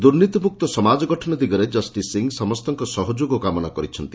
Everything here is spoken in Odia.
ଦୁର୍ନୀତି ମୁକ୍ତ ସମାଜ ଗଠନ ଦିଗରେ ଜଷ୍ଟିସ୍ ସିଂହ ସମ୍ତଙ୍କ ସହଯୋଗ କାମନା କରିଛନ୍ତି